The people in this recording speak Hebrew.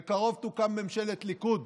בקרוב תוקם ממשלת ליכוד